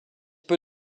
peu